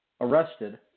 arrested